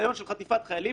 ולניסיון חטיפת חיילים,